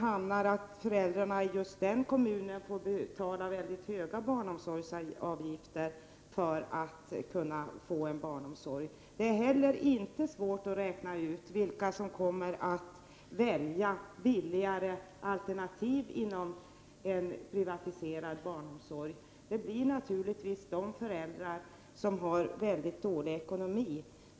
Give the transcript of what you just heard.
Föräldrarna i den kommunen kan alltså behöva betala mycket höga barnomsorgsavgifter för att kunna få tillgång till barnomsorg. Det är inte heller svårt att räkna ut vilka som kommer att välja billigare alternativ inom en privatiserad barnomsorg. Det blir naturligvis de föräldrar som har mycket dålig ekonomi.